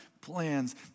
plans